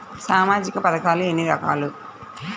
సామాజిక పథకాలు ఎన్ని రకాలు?